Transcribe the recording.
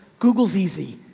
google's easy.